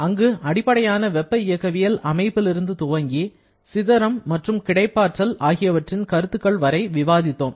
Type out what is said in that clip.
அங்கு அடிப்படையான வெப்ப இயக்கவியல் அமைப்பிலிருந்து துவங்கி சிதறம் மற்றும் கிடைப்பாற்றல் ஆகியவற்றின் கருத்துக்கள் வரை விவாதித்தோம்